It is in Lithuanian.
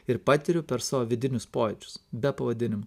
ir patiriu per savo vidinius pojūčius be pavadinimo